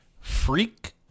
freak